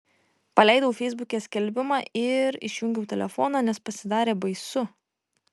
paleidau feisbuke skelbimą ir išjungiau telefoną nes pasidarė baisu